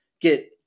get